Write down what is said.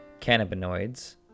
cannabinoids